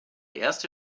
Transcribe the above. erste